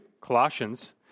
Colossians